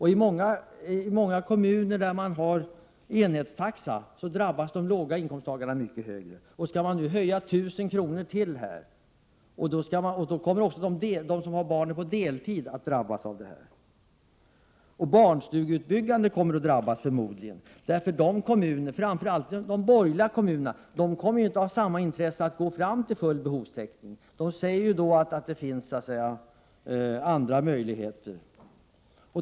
I många kommuner där man har enhetstaxa kommer låginkomsttagarna att drabbas hårdare. Om man nu skall höja taxan ytterligare 1 000 kr. kommer också de som har barn på daghem på deltid att drabbas. Byggandet av barnstugor kommer förmodligen att drabbas. Framför allt de borgerliga kommunerna kommer inte att ha samma intresse av att nå full behovstäckning. De kommer att säga att det finns andra möjligheter.